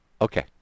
Okay